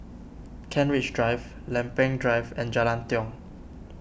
Kent Ridge Drive Lempeng Drive and Jalan Tiong